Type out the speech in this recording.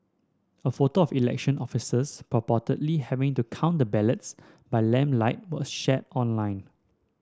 a photo of election officials purportedly having to count the ballots by lamplight was shared online